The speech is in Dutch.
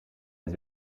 het